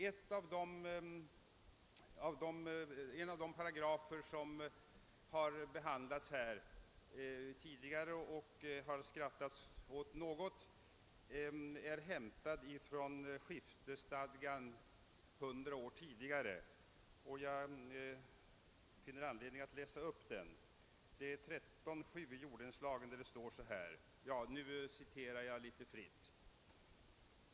En av de paragrafer i jorddelningslagen som det något skrattats åt är hämtad från skiftesstadgan hundra år tidigare. Jag finner anledning läsa upp något ur den.